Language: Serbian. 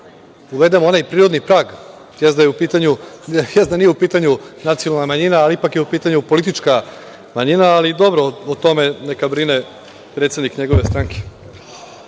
uvedemo onaj prirodni prag, jeste da nije u pitanju nacionalna manjina, ali ipak je u pitanju politička manjina, ali dobro, o tome neka brine predsednik njegove stranke. Dame